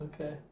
Okay